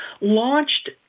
launched